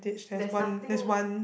there's nothing